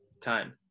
time